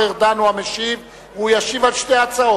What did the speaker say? (גיור על-ידי רב עיר ומועצה מקומית),